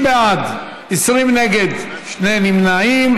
50 בעד, 20 נגד, שני נמנעים.